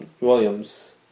Williams